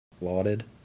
lauded